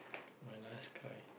my last cry